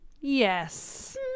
Yes